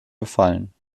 befallen